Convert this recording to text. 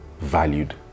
valued